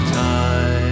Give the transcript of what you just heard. time